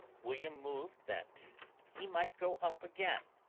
william moved that he might go up again,